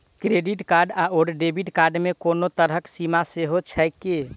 Credit card आओर debit card मे कोनो तरहक सीमा सेहो छैक की?